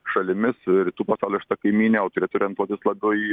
šalimis ir rytų pasaulio šita kaimyne o turėtų orientuotis labiau į